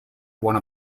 one